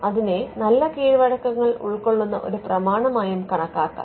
അതിനെ നല്ല കീഴ്വഴക്കങ്ങൾ ഉൾക്കൊള്ളുന്ന ഒരു പ്രമാണമായും കണക്കാക്കാം